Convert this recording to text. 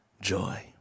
joy